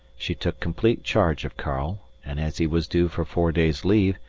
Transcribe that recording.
she took complete charge of karl, and, as he was due for four days' leave,